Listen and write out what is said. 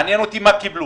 מעניין אותי מה קיבלו.